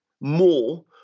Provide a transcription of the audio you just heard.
more